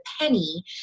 penny